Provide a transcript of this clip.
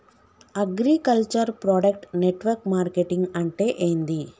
Agriculture product network marketing అంటే ఏంది?